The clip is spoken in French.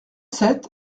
sept